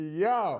yo